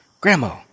Grandma